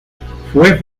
fue